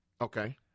okay